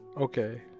Okay